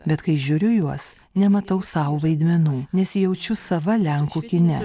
bet kai žiūriu juos nematau sau vaidmenų nesijaučiu sava lenkų kine